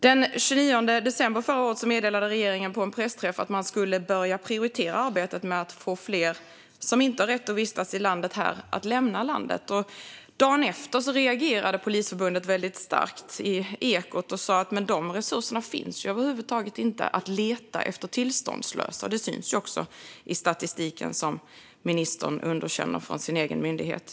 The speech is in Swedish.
Den 29 december förra året meddelade regeringen på en pressträff att man skulle börja prioritera arbetet med att få fler som inte har rätt att vistas här att lämna landet. Dagen efter reagerade Polisförbundet starkt. De sa i Ekot att det över huvud taget inte finns några resurser för att leta efter tillståndslösa. Det syns också i statistiken från ministerns egen myndighet, som ministern underkänner.